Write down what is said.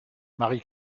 marie